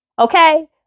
okay